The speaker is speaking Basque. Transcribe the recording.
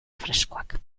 freskoak